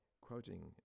quoting